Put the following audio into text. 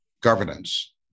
governance